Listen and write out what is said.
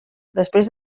després